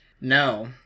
No